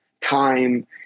time